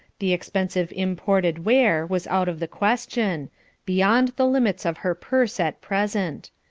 the expensive imported ware was out of the question beyond the limits of her purse at present.